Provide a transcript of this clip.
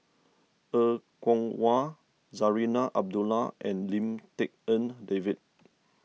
Er Kwong Wah Zarinah Abdullah and Lim Tik En David